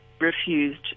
refused